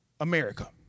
America